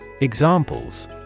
Examples